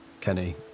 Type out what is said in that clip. Kenny